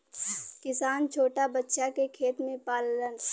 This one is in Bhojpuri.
किसान छोटा बछिया के खेत में पाललन